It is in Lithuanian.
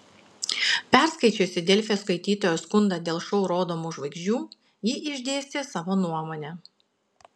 perskaičiusi delfi skaitytojo skundą dėl šou rodomų žvaigždžių ji išdėstė savo nuomonę